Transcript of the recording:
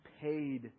paid